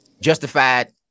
justified